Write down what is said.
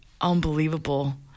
unbelievable